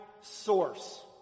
source